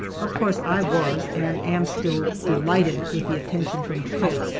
of course i was, and am still, delighted with the attention from the cook,